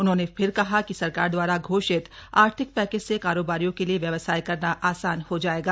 उन्होंने फिर कहा कि सरकार दवारा घोषित आर्थिक पैकेज से कारोबारियों के लिए व्यवसाय करना आसान हो जाएगा